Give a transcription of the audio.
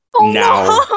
now